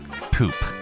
poop